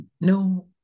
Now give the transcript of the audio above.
no